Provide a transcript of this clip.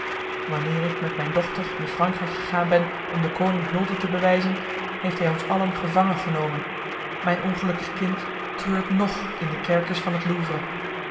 wanneer ik met mijn dochter in frankrijk gegaan ben om de koning hulde te bewijzen heeft hij ons allen gevangen genomen mijn ongelukkig kind treurt nog in de kerkers van het